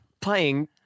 playing